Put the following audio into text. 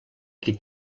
qui